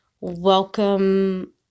welcome